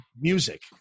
music